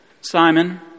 Simon